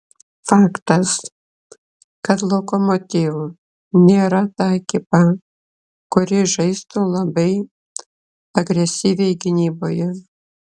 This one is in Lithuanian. faktas kad lokomotiv nėra ta ekipa kuri žaistų labai agresyviai gynyboje